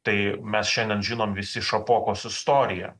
tai mes šiandien žinom visi šapokos istoriją